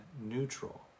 neutral